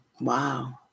Wow